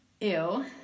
ew